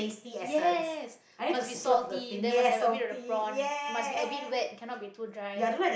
yes must be salty there must be a bit of prawn must be a bit wet cannot be too dry